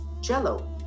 jello